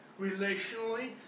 relationally